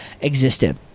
existed